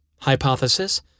Hypothesis